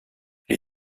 les